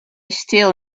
still